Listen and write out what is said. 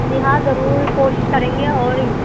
جی ہاں ضرور کوشش کریں گے اور